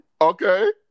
Okay